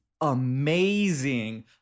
amazing